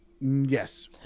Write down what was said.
Yes